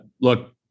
look